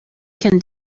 can